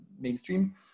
mainstream